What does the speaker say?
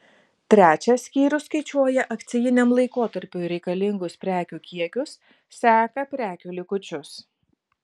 trečias skyrius skaičiuoja akcijiniam laikotarpiui reikalingus prekių kiekius seka prekių likučius